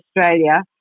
Australia